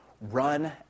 Run